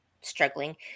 struggling